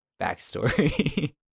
backstory